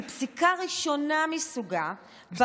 בפסיקה ראשונה מסוגה בג"ץ קובע,